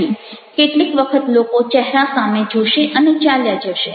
કેટલીક વખત લોકો ચહેરા સામે જોશે અને ચાલ્યા જશે